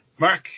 Mark